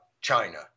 China